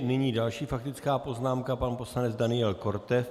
Nyní další faktická poznámka, pan poslanec Daniel Korte.